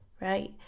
right